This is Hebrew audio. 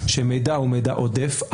שמידע הוא מידע עודף,